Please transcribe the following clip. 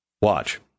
Watch